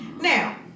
Now